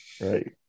right